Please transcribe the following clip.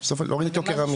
להוריד את יוקר המחייה וכולי.